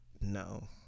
No